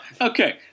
Okay